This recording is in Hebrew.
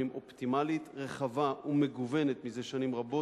אופטימלית רחבה ומגוונת מזה שנים רבות,